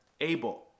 Abel